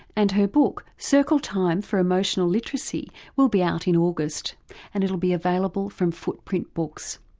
and her book circle time for emotional literacy will be out in august and it'll be available from footprint books.